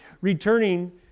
returning